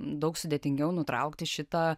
daug sudėtingiau nutraukti šitą